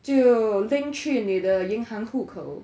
就 link 去你的银行户口